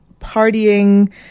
partying